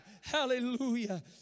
Hallelujah